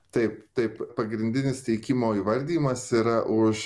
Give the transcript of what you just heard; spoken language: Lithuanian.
taip taip pagrindinis teikimo įvardijimas yra už